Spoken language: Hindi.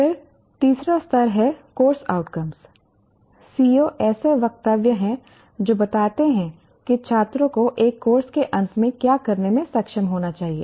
फिर तीसरा स्तर है कोर्स आउटकम्स CO ऐसे वक्तव्य हैं जो बताते हैं कि छात्रों को एक कोर्स के अंत में क्या करने में सक्षम होना चाहिए